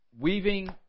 weaving